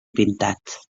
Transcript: pintat